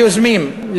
ליוזמים,